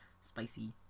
spicy